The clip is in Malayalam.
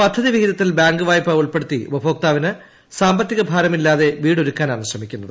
പദ്ധതിവിഹിതത്തിൽ ബാങ്ക് വായ്പ ഉൾപ്പെടുത്തി ഉപഭോക്താവിന് സാമ്പത്തിക ഭാരമില്ലാതെ വീടൊരുക്കാനാണ് ശ്രമിക്കുന്നത്